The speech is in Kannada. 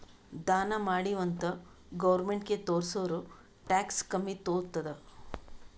ದಾನಾ ಮಾಡಿವ್ ಅಂತ್ ಗೌರ್ಮೆಂಟ್ಗ ತೋರ್ಸುರ್ ಟ್ಯಾಕ್ಸ್ ಕಮ್ಮಿ ತೊತ್ತುದ್